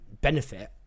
benefit